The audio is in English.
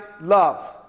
love